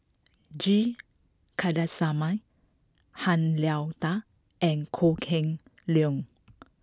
G Kandasamy Han Lao Da and Kok Heng Leun